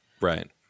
Right